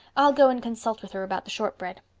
i'll go and consult with her about the shortbread.